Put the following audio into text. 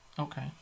Okay